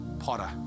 potter